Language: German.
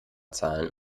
zahlen